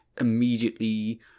immediately